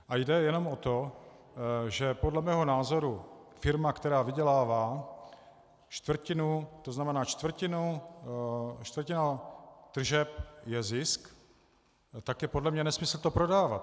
A jde jenom o to, že podle mého názoru firma, která vydělává čtvrtinu, to znamená čtvrtina tržeb je zisk, tak je podle mě nesmysl to prodávat.